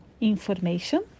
Information